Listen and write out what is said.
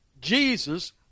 Jesus